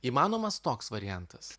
įmanomas toks variantas